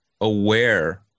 aware